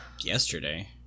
Yesterday